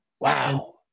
Wow